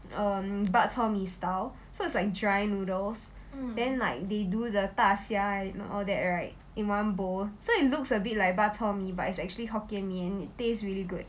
um bak chor mee style so it's like dry noodles then like they do the 大虾 and all that right in one bowl so it looks a bit like bak chor mee but it's actually hokkien mee it taste really good